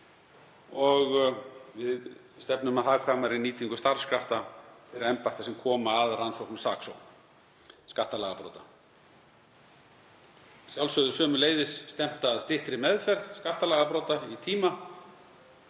og við stefnum að hagkvæmari nýtingu starfskrafta þeirra embætta sem koma að rannsókn og saksókn skattalagabrota. Að sjálfsögðu er sömuleiðis stefnt að styttri meðferð skattalagabrota í tíma